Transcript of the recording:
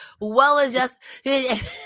Well-adjusted